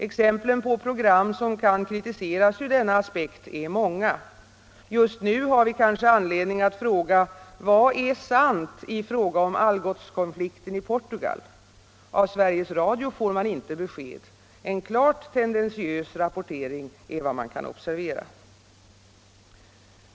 Exemplen på program som kan kritiseras ur denna aspekt är många. Just nu har vi anledning att fråga: Vad är sant i fråga om Algotskonflikten i Portugal? Av Sveriges Radio får man inte besked — en klart tendentiös rapportering är vad man kan observera.